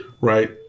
Right